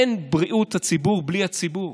אין בריאות הציבור בלי הציבור.